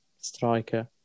striker